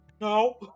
No